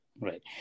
right